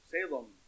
Salem